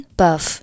buff